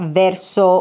verso